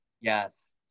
Yes